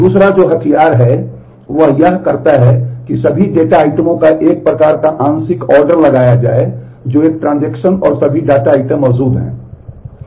दूसरा जो होशियार है वह यह करता है कि सभी डेटा आइटमों का एक प्रकार का आंशिक ऑर्डर लगाया जाए जो एक ट्रांजेक्शन और सभी डेटा आइटम मौजूद हैं